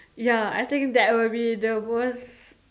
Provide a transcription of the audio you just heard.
ya I think that would be the most